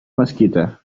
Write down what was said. mesquita